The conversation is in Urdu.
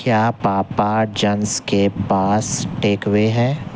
کیا پاپا جانس کے پاس ٹیک وے ہے